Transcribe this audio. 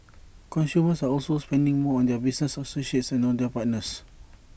consumers are also spending more on their business associates and on their partners